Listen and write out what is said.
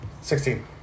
Sixteen